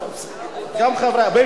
גם חברי הכנסת.